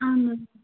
اہن حظ